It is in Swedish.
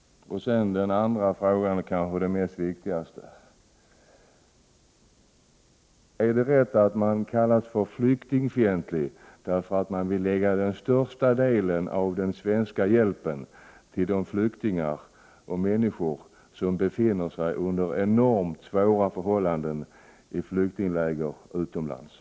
Den andra frågan, och kanske den mest viktiga, är: Är det rätt att man kallas flyktingfientlig när man vill lägga den största delen av den svenska hjälpen på de människor som befinner sig i flyktingläger utomlands under enormt svåra förhållanden?